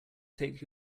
take